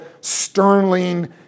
sterling